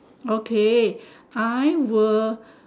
okay I will